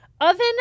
oven